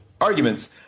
arguments